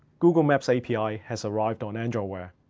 google maps api has arrived on android wear.